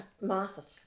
Massive